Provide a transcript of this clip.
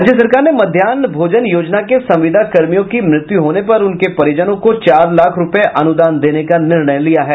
राज्य सरकार ने मध्याह भोजन योजना के संविदा कर्मियों की मृत्यु होने पर उनके परिजनों को चार लाख रुपये अनुदान देने का निर्णय लिया है